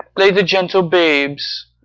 lay the gentle babes,